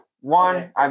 One